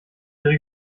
ihre